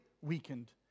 weakened